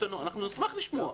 אנחנו נשמח לשמוע.